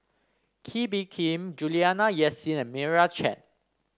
Kee Bee Khim Juliana Yasin and Meira Chand